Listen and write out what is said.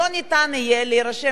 תהיה אפשרות הרשמה אחת.